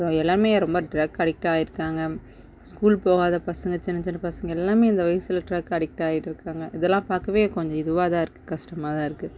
க எல்லாமே ரொம்ப டிரக் அடிக்ட் ஆயிருக்காங்க ஸ்கூல் போகாத பசங்கள் சின்ன சின்ன பசங்க எல்லாமே இந்த வயதுல டிரக் அடிக்ட் ஆயிட்டிருக்காங்க இதெல்லாம் பார்க்கவே கொஞ்சம் இதுவாக தான் இருக்குது கஷ்டமாக தான் இருக்குது